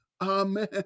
Amen